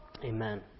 Amen